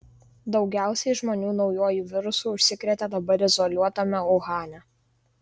daugiausiai žmonių naujuoju virusu užsikrėtė dabar izoliuotame uhane